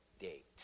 date